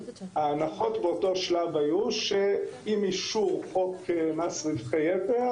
ההנחות באותו שלב היו שעם אישור חוק מס רווחי יתר